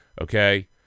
okay